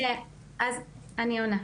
אז אני עונה,